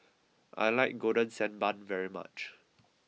I like Golden Sand Bun very much